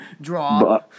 Draw